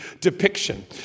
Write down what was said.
depiction